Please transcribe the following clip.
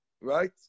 Right